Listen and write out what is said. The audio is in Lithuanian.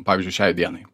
pavyzdžiui šiai dienai